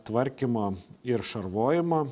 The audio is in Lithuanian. tvarkymo ir šarvojimo